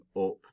up